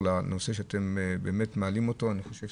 הנושא שאתם מעלים כאן הוא נושא